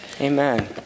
Amen